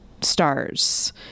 stars